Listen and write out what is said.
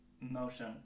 motion